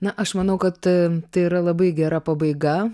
na aš manau kad tai yra labai gera pabaiga